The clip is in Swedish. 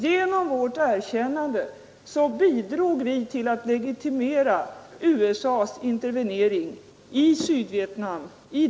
Genom vårt erkännande bidrog vi den gången till att legitimera USA:s intervenering i Sydvietnam.